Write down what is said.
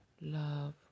love